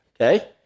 Okay